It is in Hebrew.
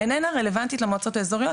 איננה רלוונטית למועצות האזוריות,